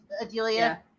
adelia